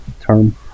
term